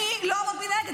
אני לא עמדתי מנגד.